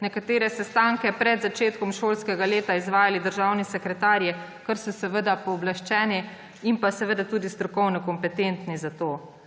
nekatere sestanke pred začetkom šolskega leta izvajali državni sekretarji, za kar so seveda pooblaščeni in tudi strokovno kompetentni za to.